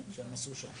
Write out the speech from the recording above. מה שהם עשו שם